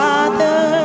Father